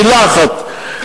מלה אחת,